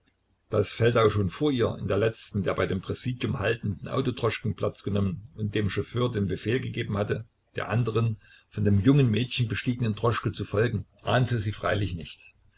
daß feldau schon vor ihr in der letzten der bei dem präsidium haltenden autodroschken platz genommen und dem chauffeur den befehl gegeben hatte der anderen von dem jungen mädchen bestiegenen droschke zu folgen ahnte sie freilich nicht